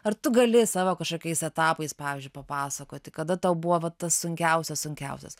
ar tu gali savo kažkokiais etapais pavyzdžiui papasakoti kada tau buvo va tas sunkiausias sunkiausias